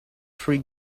free